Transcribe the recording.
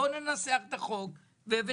בואו ננסח את החוק ונגמור.